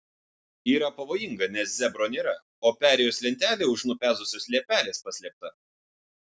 yra pavojinga nes zebro nėra o perėjos lentelė už nupezusios liepelės paslėpta